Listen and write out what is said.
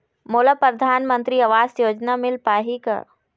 मोला परधानमंतरी आवास योजना मिल पाही का?